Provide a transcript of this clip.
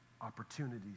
opportunities